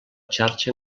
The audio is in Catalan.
xarxa